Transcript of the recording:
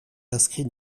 inscrit